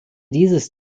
dieses